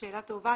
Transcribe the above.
זאת שאלה טובה.